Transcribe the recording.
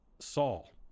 Saul